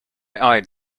eyed